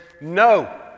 No